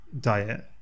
diet